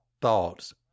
thoughts